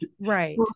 Right